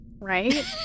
Right